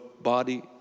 body